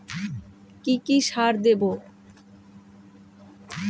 কি কি সার দেবো?